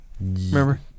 Remember